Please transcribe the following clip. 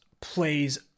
plays